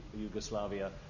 Yugoslavia